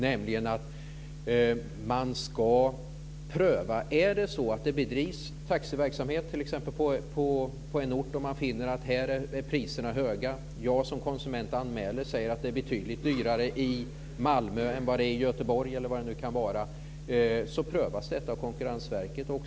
Säg att det bedrivs taxiverksamhet på en ort och man finner att priserna där är höga. Jag som konsument anmäler och säger att det är betydligt dyrare i Malmö än i Göteborg, eller vad det nu kan vara. Då prövas detta av Konkurrensverket.